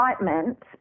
excitement